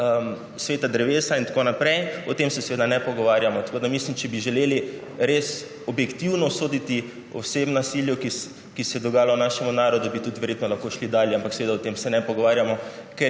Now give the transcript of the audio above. sveta drevesa in tako naprej. O tem se seveda ne pogovarjamo. Tako mislim, da če bi želeli res objektivno soditi o vsem nasilju, ki se je dogajalo našemu narodu, bi verjetno lahko šli dalje. Ampak, seveda, o tem se ne pogovarjamo,